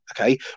okay